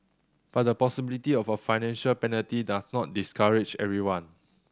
but the possibility of a financial penalty does not discourage everyone